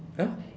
!huh!